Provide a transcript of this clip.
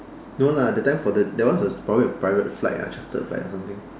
no lah that time for the that one was probably a private flight ah chartered flight or something